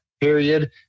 period